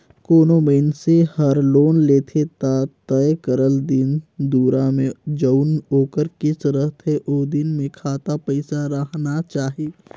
कोनो मइनसे हर लोन लेथे ता तय करल दिन दुरा में जउन ओकर किस्त रहथे ओ दिन में खाता पइसा राहना चाही